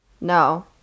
No